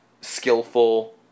skillful